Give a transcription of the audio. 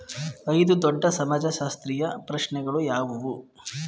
ಐದು ದೊಡ್ಡ ಸಮಾಜಶಾಸ್ತ್ರೀಯ ಪ್ರಶ್ನೆಗಳು ಯಾವುವು?